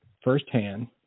firsthand